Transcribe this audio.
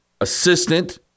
assistant